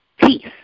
peace